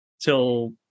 till